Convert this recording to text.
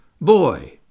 Boy